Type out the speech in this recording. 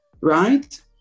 Right